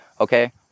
okay